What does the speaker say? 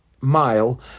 mile